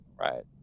Right